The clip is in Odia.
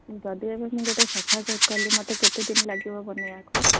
ଯଦି ଏବେ ମୁଁ ଗୋଟେ ସୋଫା ସେଟ୍ କଲି ମତେ କେତେ ଦିନ ଲାଗିବ ବନେଇବାକୁ